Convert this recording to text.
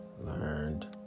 learned